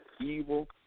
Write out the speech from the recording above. evil